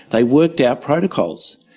they worked out protocols.